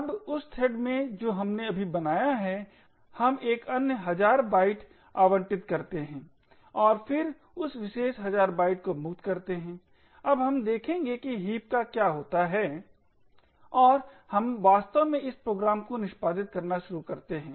अब उस थ्रेड में जो हमने अभी बनाया है हम एक अन्य हजार बाइट आवंटित करते हैं और फिर उस विशेष हज़ार बाइट को मुक्त करते हैं अब हम देखेंगे कि हीप का क्या होता है और हम वास्तव में इस प्रोग्राम को निष्पादित करना शुरू करते हैं